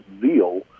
zeal